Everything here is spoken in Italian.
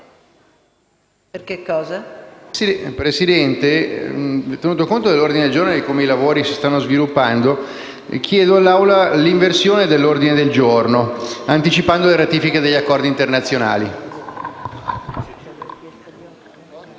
Presidente, tenuto conto dell'ordine del giorno e di come i lavori si stanno sviluppando, chiedo all'Assemblea l'inversione dell'ordine del giorno, anticipando la discussione dei disegni di legge